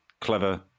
clever